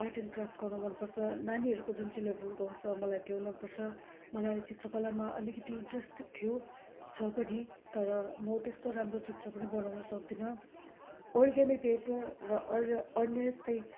art and craft गर्न मनपर्छ नानीहरूको जुन चाहिँ लेबलको हुन्छ मलाई त्यो मनपर्छ मलाई चित्रकलामा अलिकति इन्ट्रेस्ट थियो छ पनि तर म त्यस्तो राम्रो चित्र पनि बनाउनु सक्दिनँ ओर्गेमे पेपर र अर् अन्य यस्तै